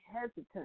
hesitant